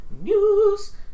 news